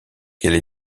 qu’elle